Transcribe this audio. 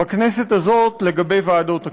בכנסת הזאת לגבי ועדות הכנסת,